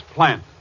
Plant